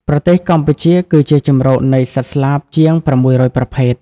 ប្រទេសកម្ពុជាគឺជាជម្រកនៃសត្វស្លាបជាង ៦០០ ប្រភេទ។